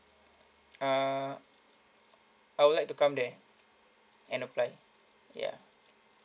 uh I would like to come there and apply ya